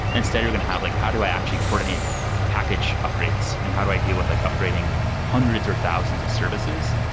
instead, you're going to have like how do i actually coordinate package upgrades and how do i deal with like upgrading hundreds or thousands of services.